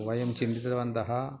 वयं चिन्तितवन्तः